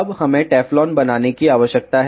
अब हमें टेफ्लॉन बनाने की आवश्यकता है